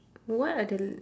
what are the